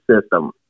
system